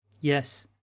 Yes